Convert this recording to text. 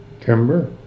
timber